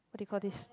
what they call this